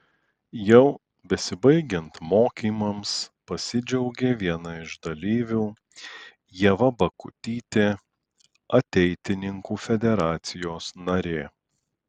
jau besibaigiant mokymams pasidžiaugė viena iš dalyvių ieva bakutytė ateitininkų federacijos narė